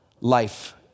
life